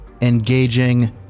engaging